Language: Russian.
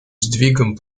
сдвигам